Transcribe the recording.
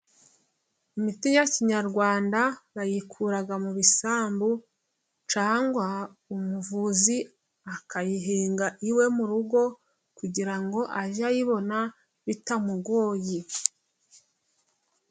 Imiti ya kinyarwanda， bayikura mu bisambu， cyangwa umuvuzi akayihinga iwe mu rugo， kugira ngo age ayibona bitamugoye.